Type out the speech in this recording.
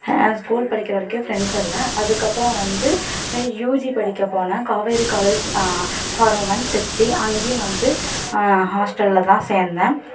எனக்கு ஸ்கூல் படிக்கிற வரைக்கும் ஃப்ரெண்ட்ஸ் இல்லை அதுக்கு அப்புறம் வந்து யூஜி படிக்க போனேன் Kaveri college for women Trichy அங்கேயும் வந்து ஹாஸ்டலில் தான் சேர்ந்தேன்